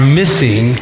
missing